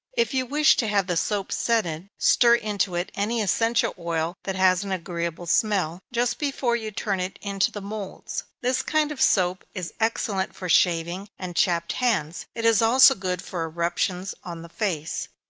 if you wish to have the soap scented, stir into it any essential oil that has an agreeable smell, just before you turn it into the moulds. this kind of soap is excellent for shaving, and chapped hands it is also good for eruptions on the face.